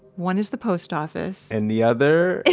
one is the post office and the other,